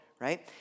right